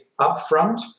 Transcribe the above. upfront